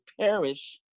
perish